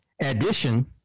addition